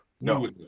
No